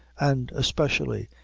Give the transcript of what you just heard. and especially,